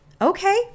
okay